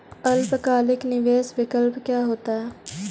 अल्पकालिक निवेश विकल्प क्या होता है?